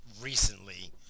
recently